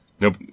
Nope